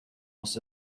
was